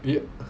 eh